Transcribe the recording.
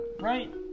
right